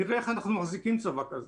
נראה איך אנחנו מחזיקים צבא כזה.